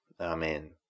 amen